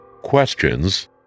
questions